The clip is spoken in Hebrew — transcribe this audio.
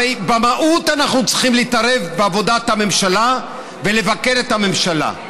הרי במהות אנחנו צריכים להתערב בעבודת הממשלה ולבקר את הממשלה.